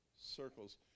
circles